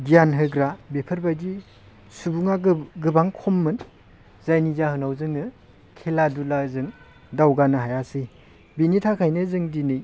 गियान होग्रा बेफोरबायदि सुबुङा गोबां खममोन जायनि जाहोनाव जोङो खेला दुलाजों दावगानो हायासै बिनि थाखायनो जों दिनै